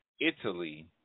Italy